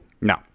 No